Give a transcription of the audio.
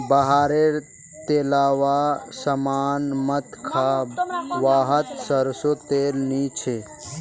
बाहर रे तेलावा सामान मत खा वाहत सरसों तेल नी छे